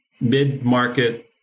mid-market